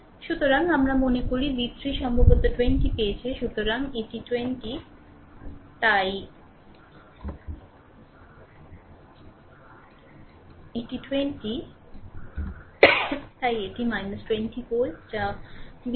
সুতরাং আমরা মনে করি v3 সম্ভবত 20 পেয়েছে সুতরাং এটি 20 তাই এটি 20 ভোল্ট যা v 2